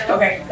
Okay